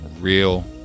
real